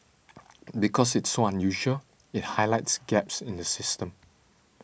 because it's so unusual it highlights gaps in the system